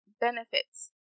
benefits